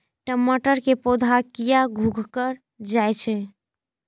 टमाटर के पौधा किया घुकर जायछे?